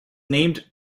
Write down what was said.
named